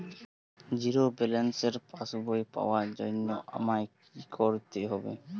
Zero ব্যালেন্সের পাসবই পাওয়ার জন্য আমায় কী করতে হবে?